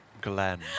Glenn